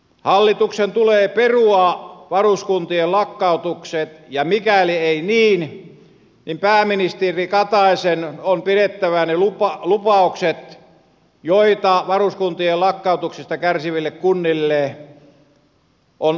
hallituksen tulee perua varuskuntien lakkautukset ja mikäli ei niin niin pääministeri kataisen on pidettävä lupaukset liittyen siihen mitä varuskuntien lakkautuksista kärsiville kunnille on aiheutumassa